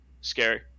scary